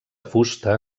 fusta